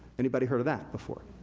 anybody heard of that before?